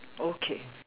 okay